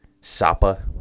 Sapa